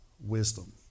wisdom